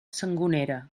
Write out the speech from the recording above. sangonera